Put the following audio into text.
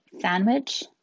Sandwich